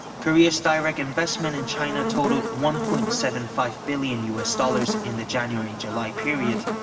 korea's direct investment in china totaled one point seven five billion u s. dollars in the january-july period,